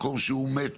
מקום שהוא מת